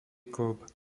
kĺb